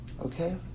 Okay